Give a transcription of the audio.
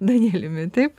danieliumi taip